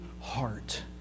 heart